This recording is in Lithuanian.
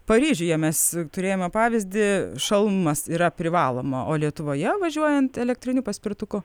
paryžiuje mes turėjome pavyzdį šalmas yra privaloma o lietuvoje važiuojant elektriniu paspirtuku